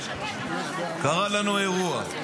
קרה לנו אירוע,